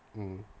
mmhmm